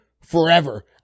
forever